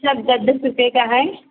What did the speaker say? सब दस दस रुपये का है